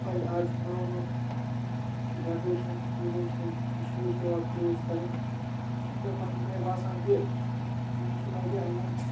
پَزِ آز چھِ نٔو نٔو جنریشَن یِمَن چھِ یِم اِشوٗز پیٚوان فیس کَرٕنۍ چھِنہٕ مےٚ پننہِ جایہِ باسان کہِ یِم چھِ وارِیاہ یِمَن